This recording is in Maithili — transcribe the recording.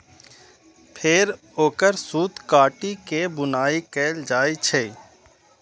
फेर ओकर सूत काटि के बुनाइ कैल जाइ छै